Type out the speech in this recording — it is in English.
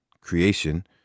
creation